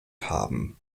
haben